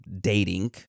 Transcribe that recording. dating